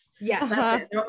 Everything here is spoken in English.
yes